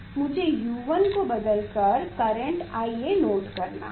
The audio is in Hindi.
मुझे U1 को बदल कर करेंट IA नोट करना है